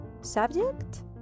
subject